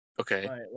Okay